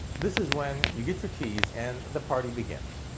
this is when you get your keys and the party begins.